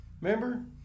Remember